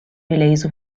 release